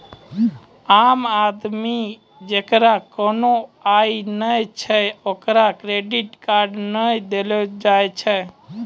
आम आदमी जेकरा कोनो आय नै छै ओकरा क्रेडिट कार्ड नै देलो जाय छै